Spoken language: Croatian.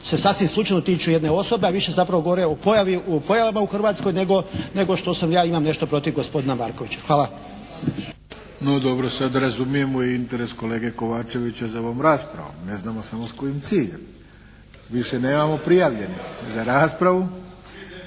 se sasvim slučajno tiču jedne osobe, a više zapravo govore o pojavama u Hrvatskoj nego što sad ja imam nešto protiv gospodina Markovića. Hvala. **Arlović, Mato (SDP)** No dobro. Sad razumijemo i interes kolege Kovačevića za ovom raspravu. Ne znamo samo s kojim ciljem. Više nemamo prijavljenih za raspravu.